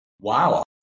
wow